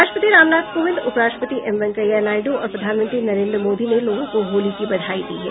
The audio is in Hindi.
राष्ट्रपति रामनाथ कोविंद उप राष्ट्रपति एम वेंकैया नायड् और प्रधानमंत्री नरेन्द्र मोदी ने लोगों को होली की बधाई दी है